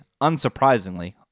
Unsurprisingly